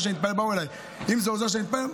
באו אליי ואמרו: אם זה עוזר שאני אתפלל,